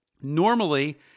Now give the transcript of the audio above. Normally